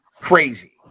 crazy